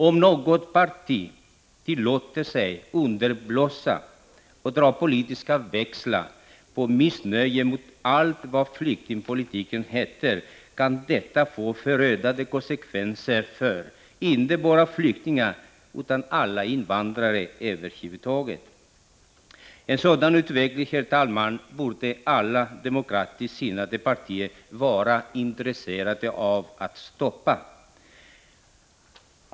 Om något parti tillåter sig att underblåsa och dra politiska växlar på missnöje mot allt vad flyktingpolitik heter kan detta få förödande konsekvenser för inte bara flyktingar utan alla invandrare över huvud taget. En sådan utveckling, herr talman, borde alla demokratiskt sinnade partier vara intresserade av att stoppa.